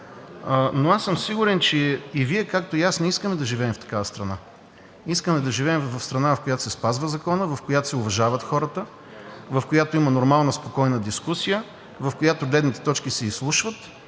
Но аз съм сигурен, че и Вие, както и аз не искаме да живеем в такава страна. Искаме да живеем в страна, в която се спазва законът, в която се уважават хората, в която има нормална, спокойна дискусия, в която гледните точки се изслушват